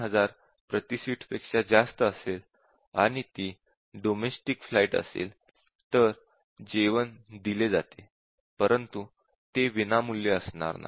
3000 प्रति सीट पेक्षा जास्त असेल आणि ती डोमेस्टिक फ्लाइट असेल तर जेवण दिले जाते परंतु ते विनामूल्य असणार नाही